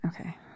okay